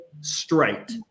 straight